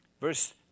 Verse